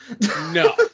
no